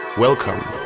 Welcome